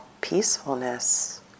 peacefulness